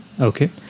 Okay